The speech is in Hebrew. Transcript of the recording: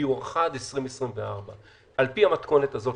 והיא הוארכה עד 2024. על פי המתכונת הזאת,